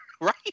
right